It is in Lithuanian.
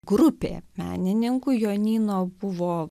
grupė menininkų jonyno buvo